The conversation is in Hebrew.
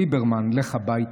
ליברמן, לך הביתה.